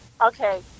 okay